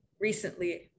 recently